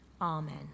Amen